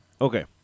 Okay